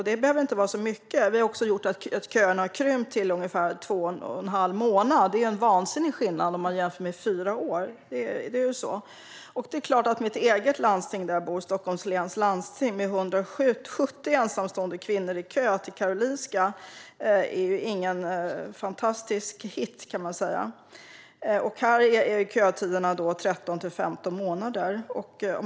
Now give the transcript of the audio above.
Det behöver inte vara så mycket, men det har gjort att kötiderna har krympt till ungefär två och en halv månad. Det är en vansinnigt stor skillnad jämfört med fyra år. Det landsting där jag bor, Stockholms läns landsting, med 170 ensamstående kvinnor i kö till Karolinska är såklart ingen fantastisk hit. Här är kötiderna 13-15 månader.